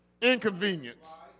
Inconvenience